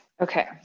Okay